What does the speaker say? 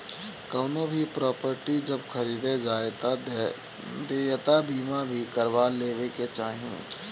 कवनो भी प्रापर्टी जब खरीदे जाए तअ देयता बीमा भी करवा लेवे के चाही